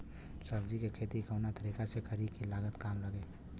सब्जी के खेती कवना तरीका से करी की लागत काम लगे?